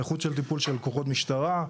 האיכות של טיפול של כוחות משטרה,